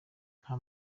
nta